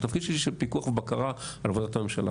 התפקיד שלי הוא של פיקוח ובקרה על עבודת הממשלה.